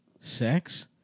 sex